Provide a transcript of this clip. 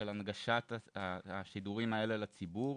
של הנגשת השידורים האלה לציבור,